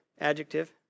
adjective